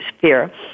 fear